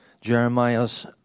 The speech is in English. Jeremiah's